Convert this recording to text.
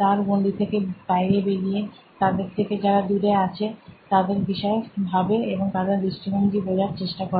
তার গণ্ডি থেকে বাইরে বেরিয়ে তাদের থেকে যারা দূরে আছেন তাদের বিষয়ে ভাবে ও তাদের দৃষ্টিভঙ্গি বোঝার চেষ্টা করে